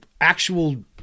actual